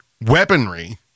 weaponry